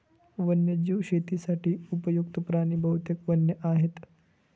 वन्यजीव शेतीसाठी उपयुक्त्त प्राणी बहुतेक वन्य आहेत